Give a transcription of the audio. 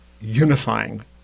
unifying